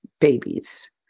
babies